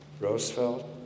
Roosevelt